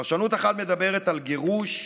פרשנות אחת מדברת על גירוש,